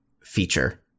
feature